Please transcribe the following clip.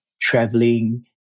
traveling